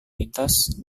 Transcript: lintas